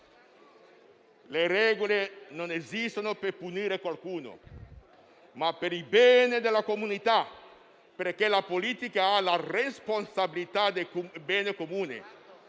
Le regole non esistono per punire qualcuno, ma per il bene della comunità; la politica ha la responsabilità del bene comune,